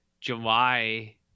July